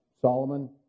Solomon